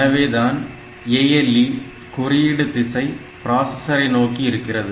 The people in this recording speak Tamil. எனவேதான் ALE குறியீடு திசை பிராசஸரை நோக்கி இருக்கிறது